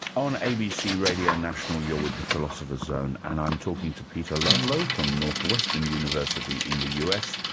on abc radio national, you're with the philosopher's zone, and i'm talking to peter ludlow from northwestern university in the us,